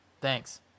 Thanks